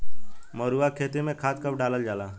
मरुआ के खेती में खाद कब डालल जाला?